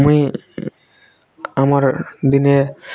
ମୁଇଁ ଆମର ଦିନେ